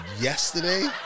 yesterday